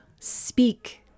speak